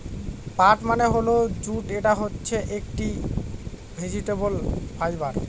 পাট মানে হল জুট এটা হচ্ছে একটি ভেজিটেবল ফাইবার